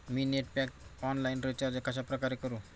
मी net pack online recharge कशाप्रकारे करु?